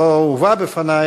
לא הובא בפני,